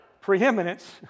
preeminence